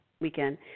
weekend